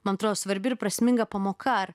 man atrodo svarbi ir prasminga pamoka ar